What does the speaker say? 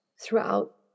throughout